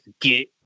get